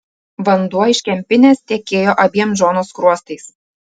vanduo iš kempinės tekėjo abiem džono skruostais